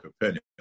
opinion